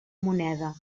moneda